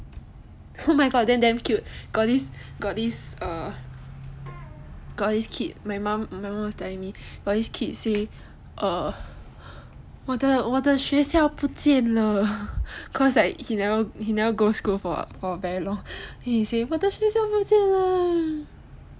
oh my god then damn cute got this got this got this kid my mom my mom was telling me err 我的学校不见了 cause like he never go school for very long so he say 我的学校不见了